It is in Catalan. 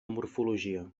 morfologia